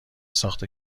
ساخت